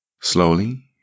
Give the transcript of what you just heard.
Slowly